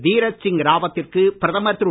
தீரத் சிங் ராவத்திற்கு பிரதமர் திரு